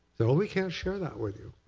so we can't share that with you.